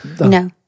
no